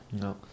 no